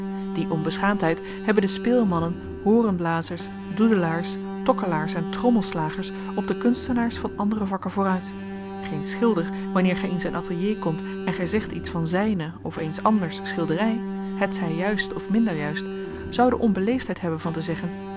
die onbeschaamdheid hebben de speelmannen hoorenblazers doedelaars tokkelaars en trommelslagers op de kunstenaars van andere vakken vooruit geen schilder wanneer gij in zijn atelier komt en gij zegt iets van zijne of eens anders schilderij hetzij juist of minder juist zou de onbeleefdheid hebben van te zeggen